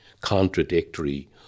contradictory